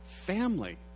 family